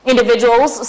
Individuals